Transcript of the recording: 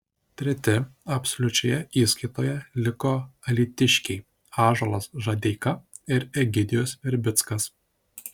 treti absoliučioje įskaitoje liko alytiškiai ąžuolas žadeika ir egidijus verbickas